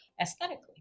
aesthetically